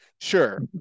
Sure